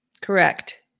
Correct